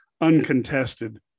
uncontested